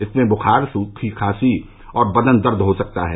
इसमें बुखार सूखी खांसी और बदन दर्द हो सकता है